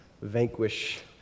vanquish